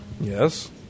Yes